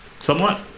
somewhat